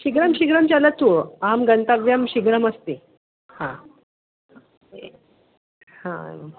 शीघ्रं शीघ्रं चलतु अहं गन्तव्यं शिबिरमस्ति एवं